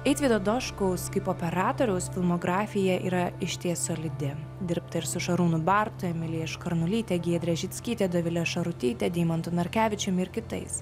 eitvydo doškaus kaip operatoriaus filmografija yra išties solidi dirbta ir su šarūnu bartu emilija škarnulyte giedre žickyte dovile šarutyte deimantu narkevičium ir kitais